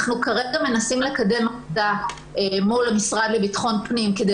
אנחנו כרגע מנסים לקדם עבודה מול המשרד לביטחון פנים כדי